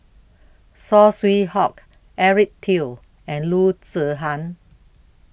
Saw Swee Hock Eric Teo and Loo Zihan